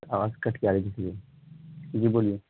آواز کٹ کے آ رہی تھی اس لیے جی بولیے